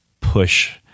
push